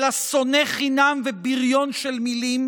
אלא שונא חינם ובריון של מילים?